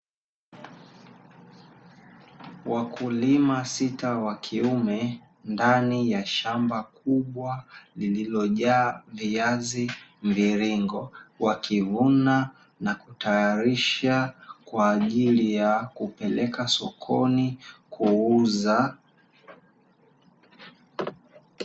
Wakulima sita wa kiume ndani ya shamba kubwa lililojaa viazi mviringo, wakivuna na kutayarisha kwa ajili ya kupeleka sokoni kuuza.